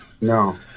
No